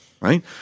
right